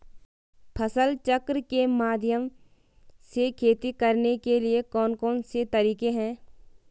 फसल चक्र के माध्यम से खेती करने के लिए कौन कौन से तरीके हैं?